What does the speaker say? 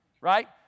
right